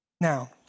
Now